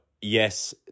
yes